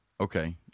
Okay